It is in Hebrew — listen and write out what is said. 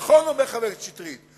נכון, אומר חבר הכנסת שטרית.